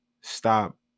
stop